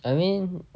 I mean